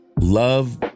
Love